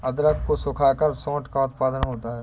अदरक को सुखाकर सोंठ का उत्पादन होता है